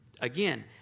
Again